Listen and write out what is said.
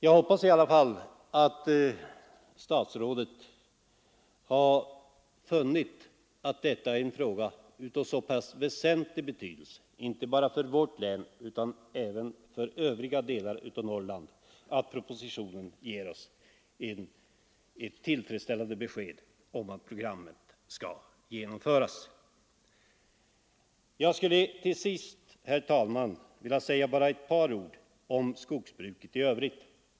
Jag hoppas i alla fall att statsrådet har funnit att denna fråga är av så pass väsentlig betydelse inte bara för vårt län utan även för övriga delar av Norrland att propositionen ger oss ett tillfredsställande besked om att programmet skall genomföras. Jag skulle till sist, herr talman, vilja säga ett par ord om skogsbruket i övrigt.